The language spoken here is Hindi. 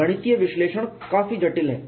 गणितीय विश्लेषण काफी जटिल है